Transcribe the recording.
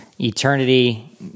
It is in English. eternity